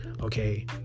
Okay